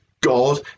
god